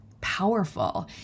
powerful